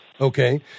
okay